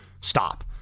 stop